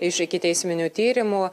iš ikiteisminių tyrimų